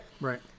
right